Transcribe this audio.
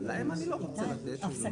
אין מתנגדים, אין נמנעים.